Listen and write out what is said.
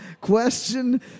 Question